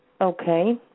Okay